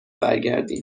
برگردیم